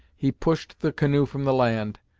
he pushed the canoe from the land,